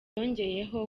yongeyeho